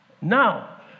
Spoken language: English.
Now